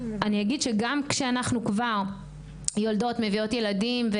אני אגיד שגם כשאנחנו כבר יולדות ומביאות ילדים,